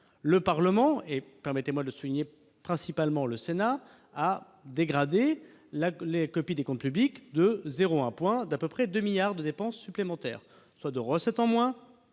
le Parlement, et- permettez-moi de le souligner -principalement le Sénat, a dégradé la copie des comptes publics de 0,1 point, c'est-à-dire à peu près 2 milliards d'euros de dépenses supplémentaires- soit autant de recettes en moins,